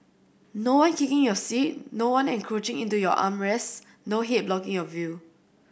no one kicking your seat no one encroaching into your arm rest no head blocking your view